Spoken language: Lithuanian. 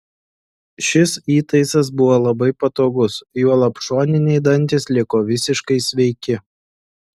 šis įtaisas buvo labai patogus juolab šoniniai dantys liko visiškai sveiki